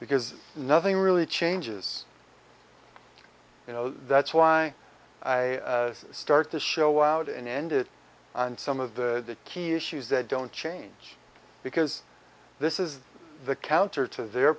because nothing really changes you know that's why i start the show out and end it on some of the key issues that don't change because this is the counter to their